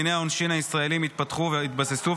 דיני העונשין הישראליים התפתחו והתבססו,